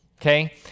okay